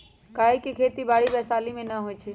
काइ के खेति बाड़ी वैशाली में नऽ होइ छइ